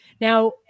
Now